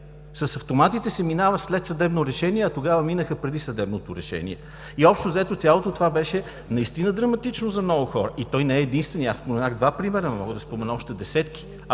С автоматите се минава след съдебно решение, а тогава минаха преди съдебното решение и, общо взето, цялото това беше наистина драматично за много хора и това не е единственият. Аз споменах два примера, мога да спомена още десетки,